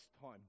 time